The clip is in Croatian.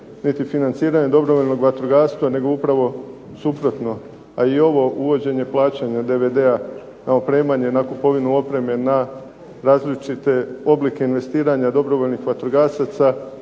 niti financiranje dobrovoljnog vatrogastva nego upravo suprotno. A i ovo uvođenje plaćanja DVD-a na opremanje, na kupovinu opreme, na različite oblike investiranja dobrovoljnih vatrogasaca